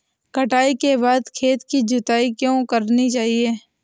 कटाई के बाद खेत की जुताई क्यो करनी चाहिए?